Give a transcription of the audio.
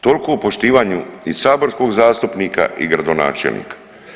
Tolko o poštivanju i saborskog zastupnika i gradonačelnika.